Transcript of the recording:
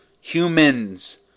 Humans